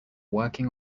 working